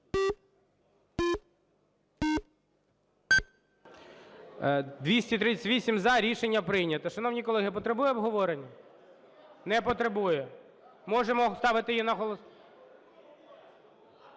За-238 Рішення прийнято. Шановні колеги, потребує обговорення? Не потребує. Можемо ставити її на голосування?